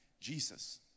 Jesus